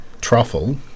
truffle